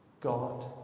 God